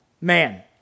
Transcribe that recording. man